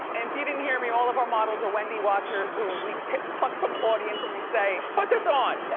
and if you didn't hear me, all of our models are wendy watchers who we plucked from the audience and we say, put this on.